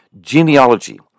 genealogy